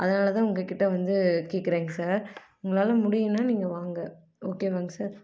அதனால் தான் உங்கள் கிட்டே வந்து கேட்கறேங்க சார் உங்களால் முடியுன்னால் நீங்கள் வாங்க ஓகேவாங்க சார்